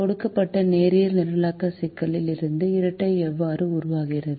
கொடுக்கப்பட்ட நேரியல் நிரலாக்க சிக்கலில் இருந்து இரட்டை எவ்வாறு உருவாகிறது